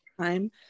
time